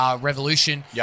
Revolution